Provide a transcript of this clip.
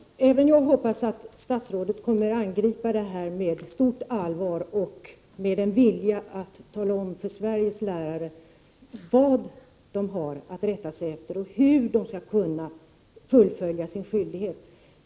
Fru talman! Även jag hoppas att statsrådet kommer att angripa denna fråga med stort allvar och med en vilja att tala om för Sveriges lärare vad de har att rätta sig efter och hur de skall kunna fullfölja sin skyldighet.